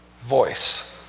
voice